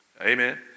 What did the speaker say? Amen